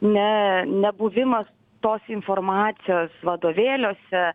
ne nebuvimas tos informacijos vadovėliuose